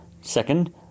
Second